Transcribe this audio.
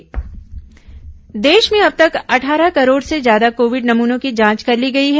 corona समाचार देश में अब तक अटठारह करोड से ज्यादा कोविड नमुनों की जांच कर ली गई है